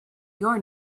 your